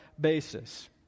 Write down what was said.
basis